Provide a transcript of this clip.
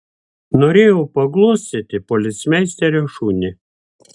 norėjau paglostyti policmeisterio šunį